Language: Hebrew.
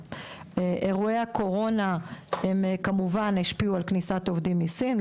אירועי הקורונה כמובן השפיעו על כניסת עובדים מסין.